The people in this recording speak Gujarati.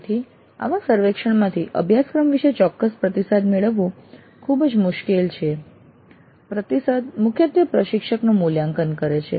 તેથી આવા સર્વેક્ષણમાંથી અભ્યાસક્રમ વિષે ચોક્કસ પ્રતિસાદ મેળવવો ખૂબ જ મુશ્કેલ છે પ્રતિસાદ મુખ્યત્વે પ્રશિક્ષકનું મૂલ્યાંકન કરે છે